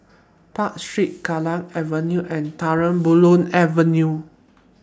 Park Street Kallang Avenue and Terang Bulan Avenue